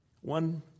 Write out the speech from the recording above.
One